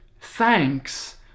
thanks